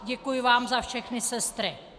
Děkuji vám za všechny sestry.